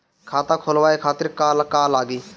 खाता खोलवाए खातिर का का लागी?